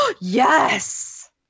Yes